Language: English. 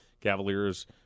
Cavaliers